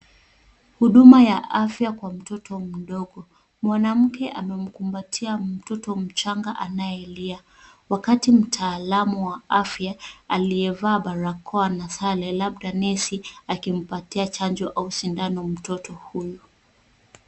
Huduma ya afya kwa mtoto mdogo. Mwanamke amemkumbatia mtoto mchanga anayelia, wakati mtaalamu wa afya aliyevaa barakoa na sare, labda nesi akimpatia chanjoau sindano mtoto huyo.